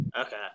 Okay